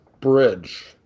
bridge